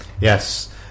Yes